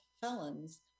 felons